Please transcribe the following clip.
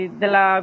della